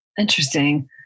Interesting